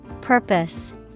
Purpose